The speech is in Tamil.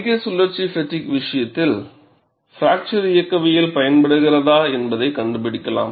அதிக சுழற்சி ஃப்பெட்டிக் விஷயத்தில் பிராக்சர் இயக்கவியல் பயன்படுத்தப்படுகிறதா என்பதைக் கண்டுபிடிக்கலாம்